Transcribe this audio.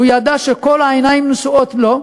והוא ידע שכל העיניים נשואות אליו,